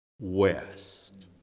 west